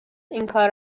اینکار